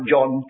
John